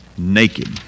naked